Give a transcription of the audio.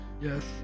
Yes